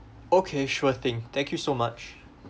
okay sure thing thank you so much